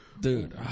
Dude